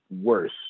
worse